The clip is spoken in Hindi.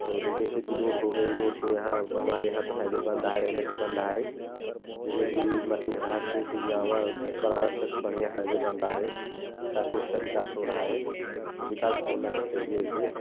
और जैसे कि रोड हो गए रोड तो यहाँ हमारे यहाँ तो हाईवे बन रहा है एन एस ए बन रहा है जैसे कि मखनी शहर से शुर जाएगा बनारस तक बढ़िया हाईवे बन रहा है काफ़ी अच्छा विकास हो रहा है तो विकास होना भी चाहिए वैसे